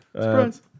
Surprise